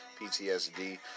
PTSD